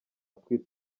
atwite